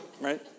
Right